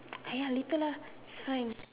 !aiya! later lah it's fine